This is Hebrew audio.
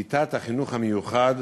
כיתת החינוך המיוחד